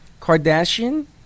Kardashian